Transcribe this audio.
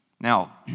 Now